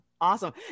Awesome